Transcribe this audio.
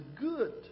good